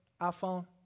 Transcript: iPhone